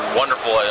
wonderful